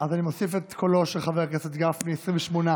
אז אני מוסיף את קולו של חבר הכנסת גפני 28 בעד.